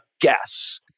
guess